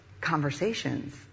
conversations